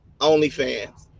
OnlyFans